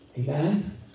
Amen